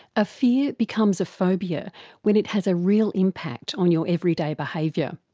a fear becomes a phobia when it has a real impact on your everyday behaviour,